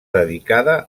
dedicada